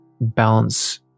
balance